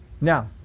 now